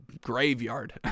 graveyard